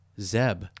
zeb